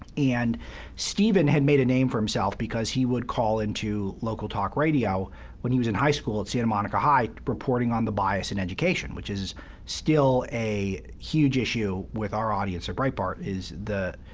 and stephen had made a name for himself because he would call into local talk radio when he was in high school at santa monica high reporting on the bias in education, which is still a huge issue with our audience at breitbart, is the,